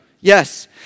Yes